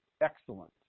excellent